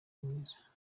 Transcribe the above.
mwiza